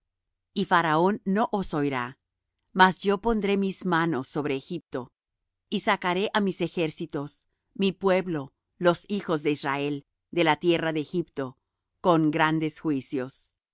y faraón no os oirá mas yo pondré mi mano sobre egipto y sacaré á mis ejércitos mi pueblo los hijos de israel de la tierra de egipto con grandes juicios